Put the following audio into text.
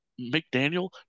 McDaniel